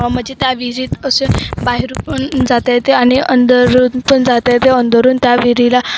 म्हणजे त्या विहिरीत असे बाहेरून पण जाता येते आणि अंदरून पण जाता येते अंदरून त्या विहिरीला